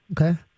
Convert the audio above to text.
okay